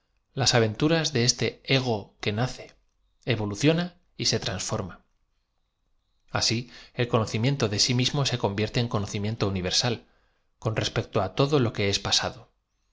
las aventuras de eate ego que nace evoluciona y se transforma asi el conocimiento de si mismo se con vierte en conocimiento universal con respecto á todo lo que es pasado